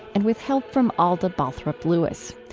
and with help from alda balthrop lewis.